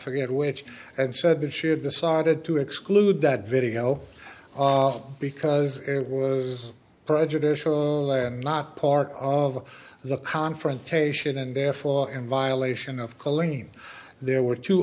forget which and said that she had decided to exclude that video because it was a purge additional and not part of the confrontation and therefore in violation of killing there were two